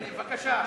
הנה, בבקשה.